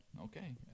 Okay